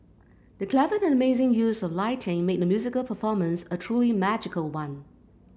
the clever and amazing use of lighting made the musical performance a truly magical one